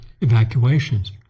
evacuations